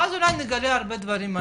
ואז אולי נגלה הרבה דברים מעניינים.